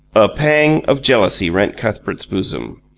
a pang of jealousy rent cuthbert's bosom.